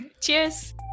Cheers